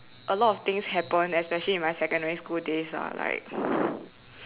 a lot of things happen especially in my secondary school days lah like